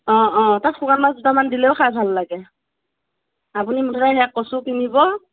অ অ তাত শুকান মাছ দুটামান দিলেও খাই ভাল লাগে আপুনি মুঠতে সেয়া কচু কিনিব